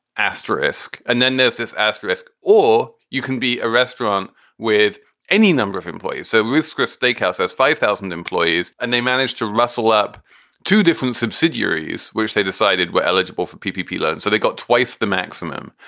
asterisk. and then there's this asterisk. or you can be a restaurant with any number of employees. so rescore steakhouse has five thousand employees and they managed to rustle up two different subsidiaries, which they decided were eligible for ppv loans. so they got twice the maximum.